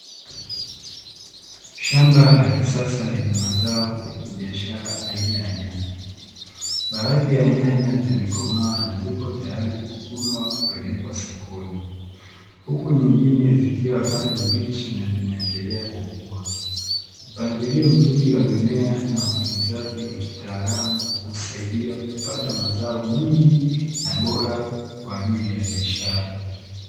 Shamba la kisasa lenye mazao ya kibiashara aina ya nyanya, baadhi ya nyanya zimekomaa na ziko tayari kuvunwa kupelekwa sokoni, huku nyingine zikiwa bado mbichi na zinaendelea kukua. Mpangilio mzuri wa mimea na utunzaji wa kitaalamu husaidia kupata mazao mengi na bora kwaajili ya biashara.